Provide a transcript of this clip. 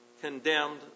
condemned